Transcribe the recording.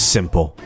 Simple